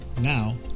Now